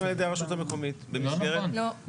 על ידי הרשות המקומית --- לא נכון.